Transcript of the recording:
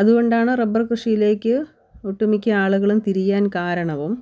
അതുകൊണ്ടാണ് റബ്ബർ കൃഷിയിലേക്ക് ഒട്ടുമിക്കയാളുകളും തിരിയാൻ കാരണവും